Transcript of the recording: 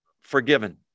forgiven